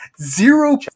Zero